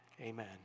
amen